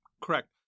Correct